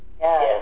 yes